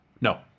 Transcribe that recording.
No